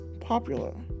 popular